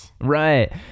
Right